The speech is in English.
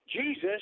Jesus